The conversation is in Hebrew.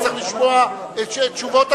הוא צריך לשמוע תשובות.